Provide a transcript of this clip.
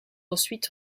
ensuite